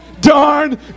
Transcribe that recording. darn